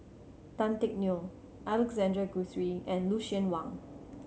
Tan Teck Neo Alexander Guthrie and Lucien Wang